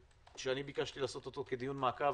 שאני ביקשתי לעשות אותו כדיון מעקב.